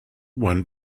one